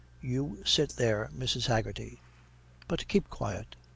you sit there, mrs. haggerty but keep quiet.